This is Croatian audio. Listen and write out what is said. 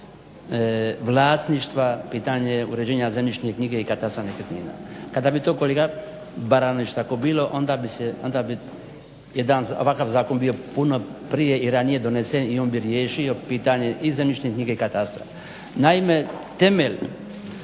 vlasništva, pitanje uređenja zemljišne knjige i katastra nekretnina. Kada bi to kolega Baranović tako bilo onda bi ovakav zakon bio puno prije i ranije donesen i on bi riješio pitanje i zemljišne knjige i katastra.